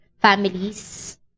families